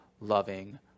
loving